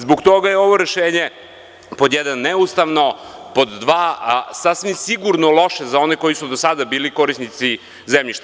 Zbog toga je ovo rešenje, pod jedan – neustavno, pod dva – sasvim sigurno loše za one koji su do sada bili korisnici zemljišta.